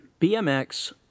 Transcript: BMX